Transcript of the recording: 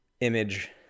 image